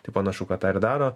tai panašu kad tą ir daro